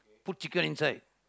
put chicken inside